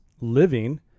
living